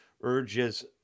urges